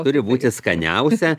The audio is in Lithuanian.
turi būti skaniausia